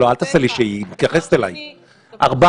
אני מציע